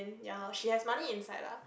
ya lor she has money inside lah